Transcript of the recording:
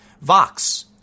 Vox